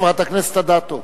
חברת הכנסת אדטו?